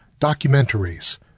documentaries